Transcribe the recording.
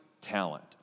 talent